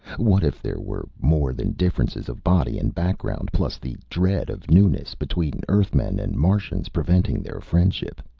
what if there were more than differences of body and background, plus the dread of newness, between earthmen and martians, preventing their friendship?